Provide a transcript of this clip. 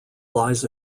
lies